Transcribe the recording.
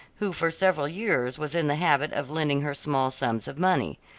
who for several years was in the habit of lending her small sums of money.